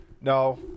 No